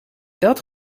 dat